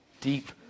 deep